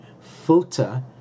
filter